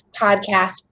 podcast